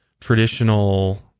traditional